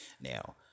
now